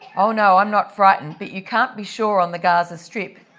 oh no, i'm not frightened, but you can't be sure on the gaza strip,